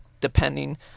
depending